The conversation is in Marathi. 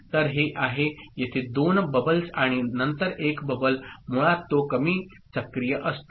तर हे आहे येथे 2 बबल्स आणि नंतर एक बबल् मुळात तो कमी सक्रिय असतो